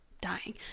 dying